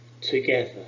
together